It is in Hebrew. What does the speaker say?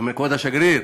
ואומר: כבוד השגריר,